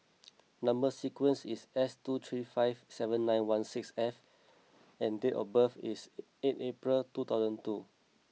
number sequence is S two three five seven nine one six F and date of birth is eight April two thousand two